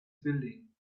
building